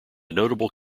notable